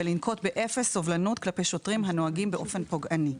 ולנקוט באפס סובלנות כלפי שוטרים הנוהגים באופן פוגעני.